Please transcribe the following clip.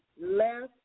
left